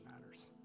matters